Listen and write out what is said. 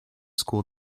school